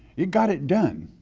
it got it done.